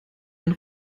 den